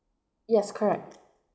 yes correct